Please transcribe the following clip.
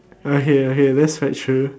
okay okay that's quite true